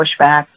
pushback